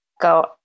go